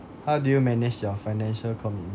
how do you manage your financial commitments